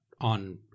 on